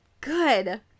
good